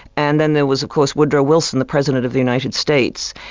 and then there was of course woodrow wilson, the president of the united states.